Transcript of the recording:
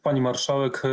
Pani Marszałek!